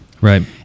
Right